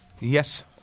Yes